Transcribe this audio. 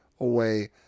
away